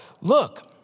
look